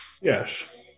Yes